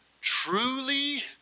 truly